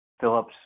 Phillips